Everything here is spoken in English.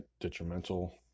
detrimental